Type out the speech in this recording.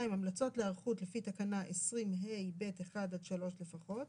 המלצות להיערכות לפי תקנה 20ה(ב)(1) עד (3) לפחות.